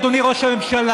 אדוני ראש הממשלה,